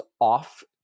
off